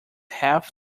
health